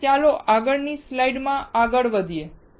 હવે ચાલો આગળની સ્લાઇડ જોઈએ